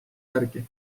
järgi